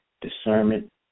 discernment